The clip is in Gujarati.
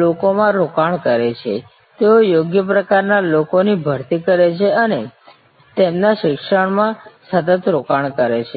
લોકોમાં રોકાણ કરે છે તેઓ યોગ્ય પ્રકારના લોકોની ભરતી કરે છે અને તેમના શિક્ષણમાં સતત રોકાણ કરે છે